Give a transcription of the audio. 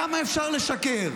כמה אפשר לשקר?